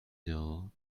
door